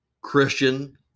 Christian